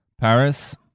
Paris